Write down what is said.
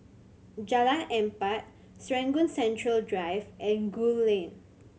Jalan Empat Serangoon Central Drive and Gul Lane